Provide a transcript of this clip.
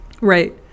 Right